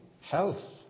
health